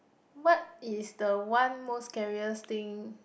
what is the one most scariest thing